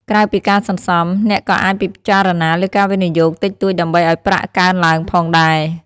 ក្រៅពីការសន្សំ អ្នកក៏អាចពិចារណាលើការវិនិយោគតិចតួចដើម្បីឲ្យប្រាក់កើនឡើងផងដែរ។